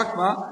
רק מה?